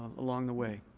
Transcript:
along the way,